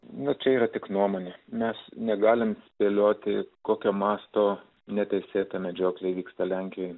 bet čia yra tik nuomonė nes negalime spėlioti kokio masto neteisėta medžioklė vyksta lenkijoje